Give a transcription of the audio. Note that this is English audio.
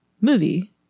movie